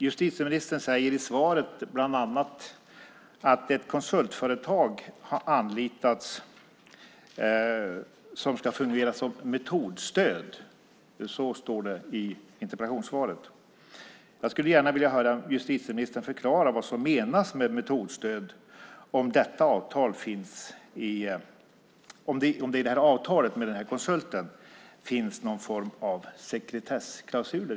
Justitieministern säger i svaret bland annat att ett konsultföretag har anlitats som ska fungera som metodstöd - så står det i interpellationssvaret. Jag skulle gärna vilja höra justitieministern förklara vad som menas med "metodstöd" och om det i avtalet med konsulten skrivits in någon form av sekretessklausuler.